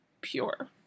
pure